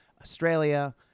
Australia